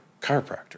chiropractor